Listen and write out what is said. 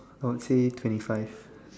I would say twenty five